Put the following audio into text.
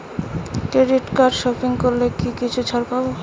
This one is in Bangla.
ক্রেডিট কার্ডে সপিং করলে কি কিছু ছাড় পাব?